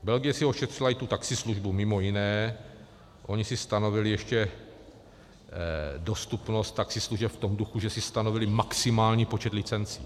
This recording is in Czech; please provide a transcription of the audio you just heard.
Belgie si ošetřila i tu taxislužbu mimo jiné, oni si stanovili ještě dostupnost taxislužeb v tom duchu, že si stanovili maximální počet licencí.